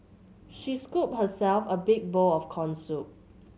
she scooped herself a big bowl of corn soup